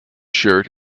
shirt